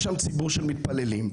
יש שם ציבור שמתפללים,